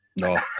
No